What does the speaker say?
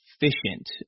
efficient